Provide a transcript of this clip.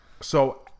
So-